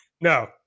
No